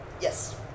Yes